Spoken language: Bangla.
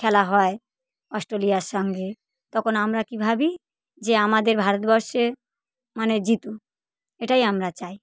খেলা হয় অস্টেলিয়ার সঙ্গে তখন আমরা কী ভাবি যে আমাদের ভারতবর্ষে মানে জিতুক এটাই আমরা চাই